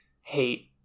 hate